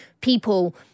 people